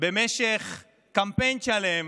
במשך קמפיין שלם,